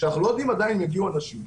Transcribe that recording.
כשאנחנו לא יודעים עדיין אם יגיעו אנשים.